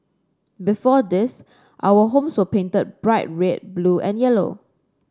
before this our homes were painted bright red blue and yellow